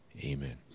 amen